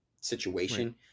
situation